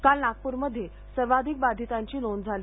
काल नागपूरमध्ये सर्वाधिक बाधितांची नोंद झाली